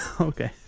Okay